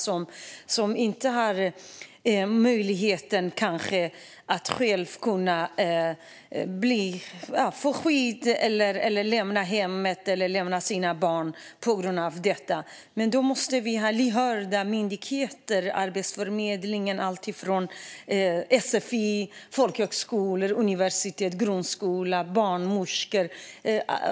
De har kanske inte möjlighet att själva skaffa skydd, lämna hemmet eller lämna sina barn på grund av detta. Därför måste vi ha lyhörda myndigheter. Det gäller allt ifrån Arbetsförmedlingen och sfi till folkhögskolor, universitet och grundskola - liksom barnmorskor.